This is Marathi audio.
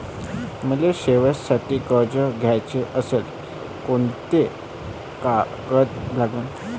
मले शिकासाठी कर्ज घ्याचं असल्यास कोंते कागद लागन?